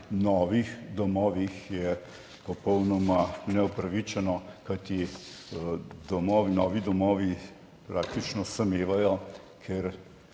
novih domovih, je popolnoma neupravičeno, kajti novi domovi praktično samevajo, ker